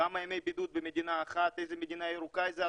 כמה ימי בידוד במדינה אחת ואיזו מדינה ירוקה ואיזו אדומה.